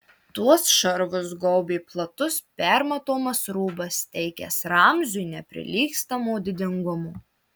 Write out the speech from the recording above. tuos šarvus gaubė platus permatomas rūbas teikęs ramziui neprilygstamo didingumo